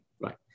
Right